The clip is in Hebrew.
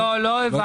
לא, לא הבנתי.